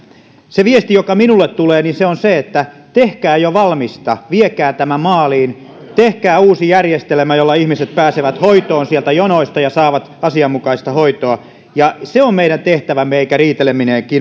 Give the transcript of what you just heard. se viesti joka minulle tulee on se että tehkää jo valmista viekää tämä maaliin tehkää uusi järjestelmä jolla ihmiset pääsevät hoitoon sieltä jonoista ja saavat asianmukaista hoitoa ja se on meidän tehtävämme eikä riiteleminen ja